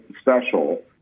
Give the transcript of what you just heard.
special